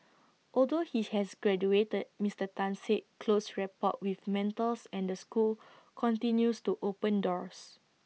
although he has graduated Mister Tan said close rapport with mentors and the school continues to open doors